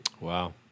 Wow